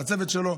ולצוות שלו,